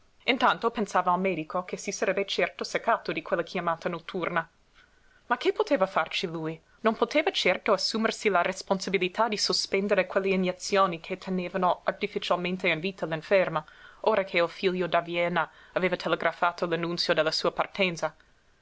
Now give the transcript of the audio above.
intanto pensava al medico che si sarebbe certo seccato di quella chiamata notturna ma che poteva farci lui non poteva certo assumersi la responsabilità di sospendere quelle iniezioni che tenevano artificialmente in vita l'inferma ora che il figlio da vienna aveva telegrafato l'annunzio della sua partenza